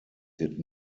did